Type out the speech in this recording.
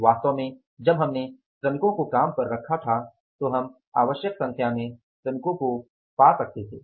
वास्तव में जब हमने श्रमिकों को काम पर रखा था तो हम आवश्यक संख्या में श्रमिकों को पा सकते थे